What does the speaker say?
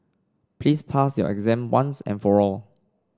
please pass your exam once and for all